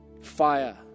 fire